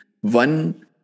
One